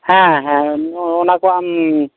ᱦᱮᱸ ᱦᱮᱸ ᱚᱱᱟ ᱠᱚ ᱟᱢ